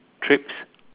trips